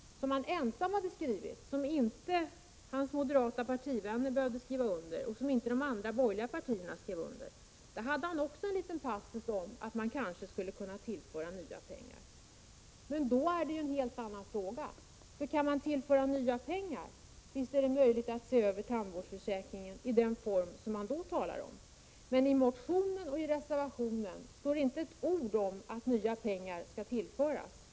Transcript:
Artikeln hade han skrivit ensam. Hans borgerliga partivänner hade inte behövt skriva under och inte heller de andra borgerliga partierna. I den artikeln hade han också en liten passus om att man kanske skulle kunna tillföra nya pengar. Men då blir frågan en helt annan. Om man kan tillföra nya pengar, är det visst möjligt att se över tandvårdsförsäkringen i den form som det då talas om. Men i motionen och reservationen står inte ett ord om att nya pengar skall tillföras!